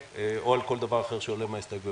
או על כל דבר אחר שעולה מההסתייגויות.